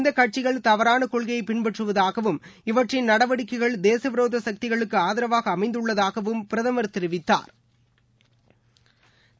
இந்த கட்சிகள் தவறான கொள்கையை பின்பற்றுவதாகவும் இவற்றின் நடவடிக்கைகள் தேச விரோத சக்திகளுக்கு ஆதரவாக அமைந்துள்ளதாகவும் பிரதமர் தெரிவித்தாா்